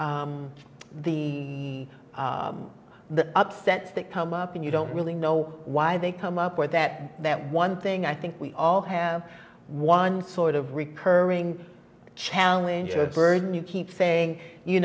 the the upsets that come up and you don't really know why they come up with that that one thing i think we all have one sort of recurring challenge or burden you keep saying you